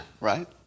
right